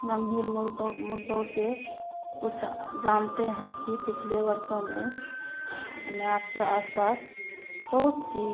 गंभीर मुद्दों से कुछ जानते हैं कि पिछले वर्षों में हमें आपके आस पास बहुत सी